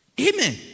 Amen